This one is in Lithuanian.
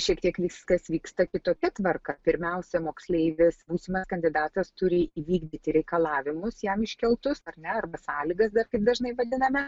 šiek tiek viskas vyksta kitokia tvarka pirmiausia moksleivis būsimas kandidatas turi įvykdyti reikalavimus jam iškeltus ar ne arba sąlygas kaip dažnai vadiname